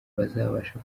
bazabasha